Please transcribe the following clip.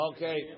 Okay